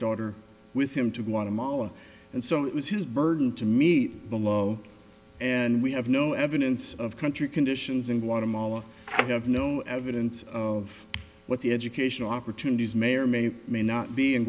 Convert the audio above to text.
daughter with him to guatemala and so it was his burden to meet below and we have no evidence of country conditions in guatemala i have no evidence of what the educational opportunities may or may may not be in